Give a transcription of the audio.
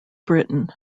britain